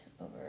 over